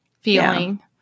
feeling